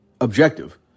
objective